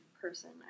person